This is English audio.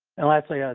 and lastly, yeah